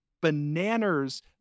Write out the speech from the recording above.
bananas